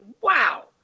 wow